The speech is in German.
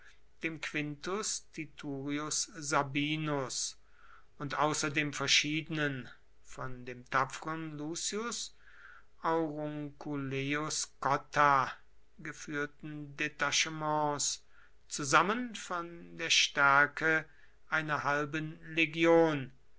dem quintus titurius sabinus und außerdem verschiedenen von dem tapferen lucius aurunculeius cotta geführten detachements zusammen von der stärke einer halben legion